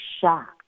shocked